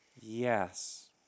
Yes